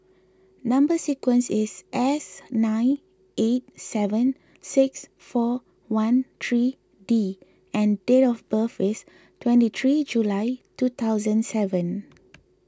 Number Sequence is S nine eight seven six four one three D and date of birth is twenty three July two thousand seven